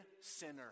sinner